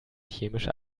chemische